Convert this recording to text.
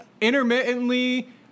Intermittently